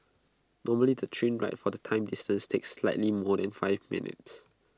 normally the train ride for the same distance takes slightly more than five minutes